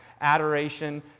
Adoration